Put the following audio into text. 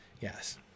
Yes